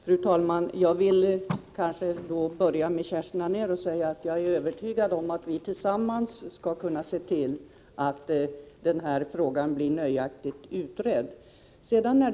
Fru talman! Jag är övertygad om, Kerstin Anér, att vi tillsammans skall kunna se till att denna fråga blir nöjaktigt utredd.